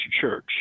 church